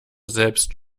selbst